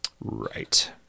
Right